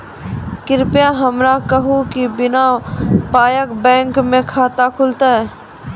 कृपया हमरा कहू कि बिना पायक बैंक मे खाता खुलतै?